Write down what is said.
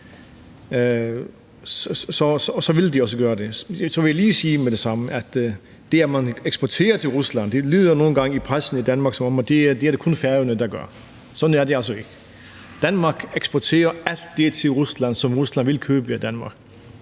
Så vil de også gøre det. Så vil jeg lige med det samme sige, at det, at man eksporterer til Rusland, lyder nogle gange i pressen i Danmark, som om det kun er Færøerne, der gør det. Sådan er det altså ikke. Danmark eksporterer alt det til Rusland, som Rusland vil købe i Danmark,